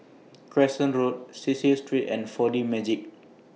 Crescent Road Cecil Street and four D Magix